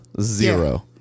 Zero